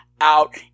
out